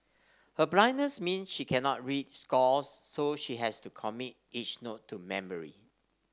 her blindness mean she cannot read scores so she has to commit each note to memory